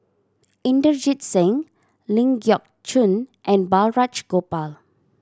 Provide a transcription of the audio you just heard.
Inderjit Singh Ling Geok Choon and Balraj Gopal